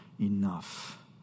enough